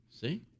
See